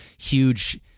huge